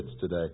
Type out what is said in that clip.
today